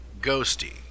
Ghosty